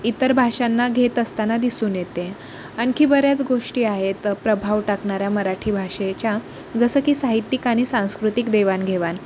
इतर भाषांना घेत असताना दिसून येते आणखी बऱ्याच गोष्टी आहेत प्रभाव टाकणाऱ्या मराठी भाषेच्या जसं की साहित्यिक आणि सांस्कृतिक देवाणघेवाण